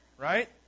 right